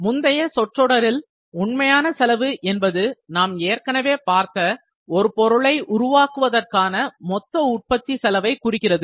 முந்தைய சொற்றொடரில் உண்மையான செலவு என்பது நாம் ஏற்கனவே பார்த்த ஒரு பொருளை உருவாக்குவதற்கான மொத்த உற்பத்தி செலவை குறிக்கிறது